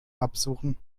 absuchen